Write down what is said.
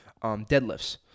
Deadlifts